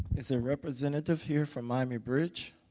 is a representative here from miami bridge?